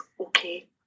okay